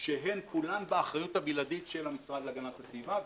שהן כולן באחריות הבלעדית של המשרד להגנת הסביבה.